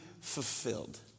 fulfilled